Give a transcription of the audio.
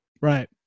right